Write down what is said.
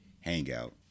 hangout